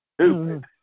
stupid